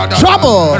trouble